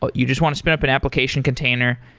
but you just want to spin up an application container,